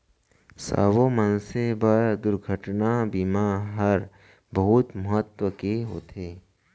सब्बो मनसे बर दुरघटना बीमा हर बहुत महत्ता के होथे